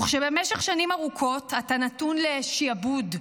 וכשבמשך שנים ארוכות אתה נתון לשיעבוד,